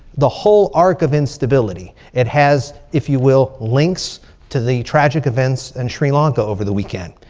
the whole arc of instability. it has, if you will, links to the tragic events in sri lanka over the weekend.